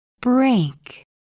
Break